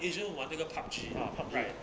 asian 玩那个 PUBG right